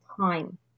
time